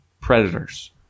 predators